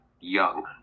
young